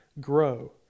grow